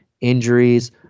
injuries